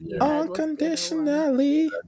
Unconditionally